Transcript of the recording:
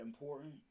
important